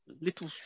little